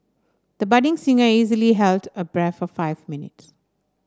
the budding singer easily held her breath for five minutes